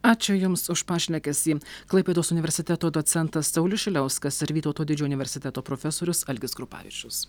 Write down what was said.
ačiū jums už pašnekesį klaipėdos universiteto docentas saulius šiliauskas ir vytauto didžiojo universiteto profesorius algis krupavičius